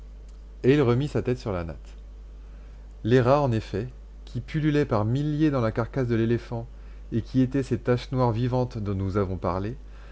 et il remit sa tête sur la natte les rats en effet qui pullulaient par milliers dans la carcasse de l'éléphant et qui étaient ces taches noires vivantes dont nous avons parlé